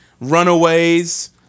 Runaways